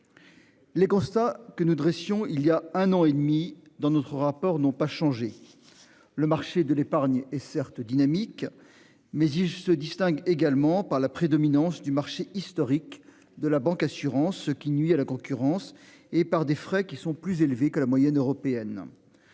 Les constats que nous adressions il y a un an et demi dans notre rapport n'ont pas changé. Le marché de l'épargne est certes dynamique mais il se distingue également par la prédominance du marché historique de la banque assurance, ce qui nuit à la concurrence et par des frais qui sont plus élevés que la moyenne européenne.